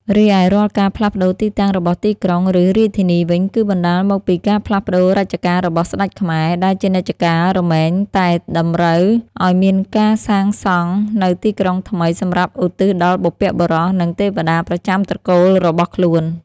រីឯរាល់ការផ្លាស់ប្តូរទីតាំងរបស់ទីក្រុង ឬ រាជធានីវិញ គឺបណ្តាលមកពីការផ្លាស់ប្តូររជ្ជកាលរបស់ស្តេចខ្មែរ ដែលជានិច្ចកាលរមែងតែតម្រូវឱ្យមានការសាងសង់នូវទីក្រុងថ្មី សម្រាប់ឧទ្ទិសដល់បុព្វបុរសនិងទេវតាប្រចាំត្រកូលរបស់ខ្លួន ។